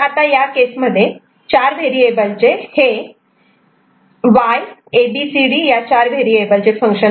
तर आता या केसमध्ये चार व्हेरिएबलचे हे Y FABCD Σ m 02345891011121315 असे दुसरे उदाहरण पाहू